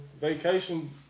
vacation